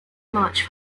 much